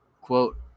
Quote